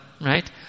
right